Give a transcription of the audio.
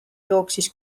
jooksis